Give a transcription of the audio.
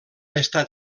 estat